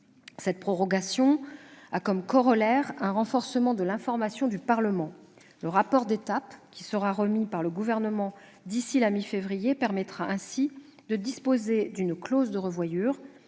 Cette prorogation avait comme corollaire un renforcement de l'information du Parlement. Le rapport d'étape qui sera remis par le Gouvernement d'ici la mi-février permettra ainsi de disposer d'une clause de revoyure,